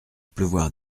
pleuvoir